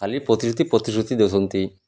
ଖାଲି ପ୍ରତିଶୃତି ପ୍ରତିଶୃତି ଦଉଛନ୍ତି